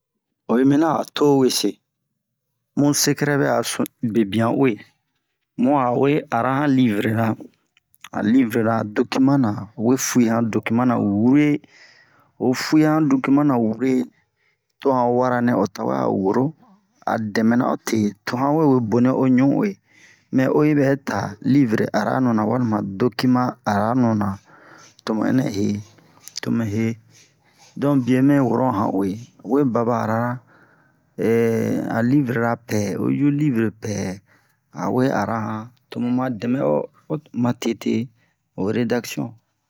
Oyi mina a to wese mu sekɛrɛ bɛ'a sunu bebian uwe mu a awe ara han livrera han livrera dokiman na a we fuye han dokiman na wure oyi fuye han dokiman na wure to han wara nɛ o tawɛ a woro a dɛmɛna o te to han we we boni o ɲu'uwe mɛ uwe yibɛ ta livre aranu na walima dokiman na aranu na tomu ɛnɛ he tomu he don biyɛ mɛ woro han uwe we baba ara han livrera pɛ oyi ju livre pɛ awe ara han tomu ma dɛmɛ o o ma tete o redaksiyon